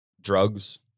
drugs